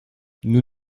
nous